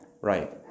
Right